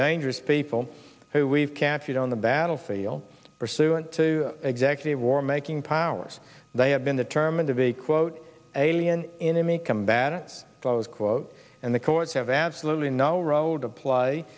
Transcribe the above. dangerous people who we've captured on the battlefield pursuant to executive war making powers they have been determined of a quote alien enemy combatants close quote and the courts have absolutely no road apply